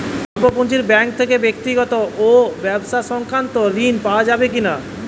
স্বল্প পুঁজির ব্যাঙ্ক থেকে ব্যক্তিগত ও ব্যবসা সংক্রান্ত ঋণ পাওয়া যাবে কিনা?